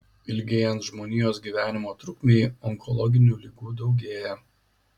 ilgėjant žmonijos gyvenimo trukmei onkologinių ligų daugėja